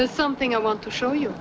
there's something i want to show you